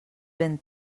ben